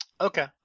Okay